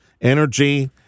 Energy